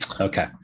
Okay